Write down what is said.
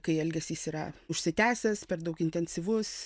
kai elgesys yra užsitęsęs per daug intensyvus